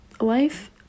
life